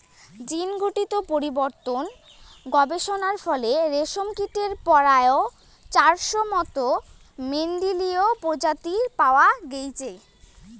জীনঘটিত পরিবর্তন গবেষণার ফলে রেশমকীটের পরায় চারশোর মতন মেন্ডেলীয় প্রজাতি পাওয়া গেইচে